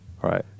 Right